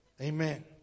Amen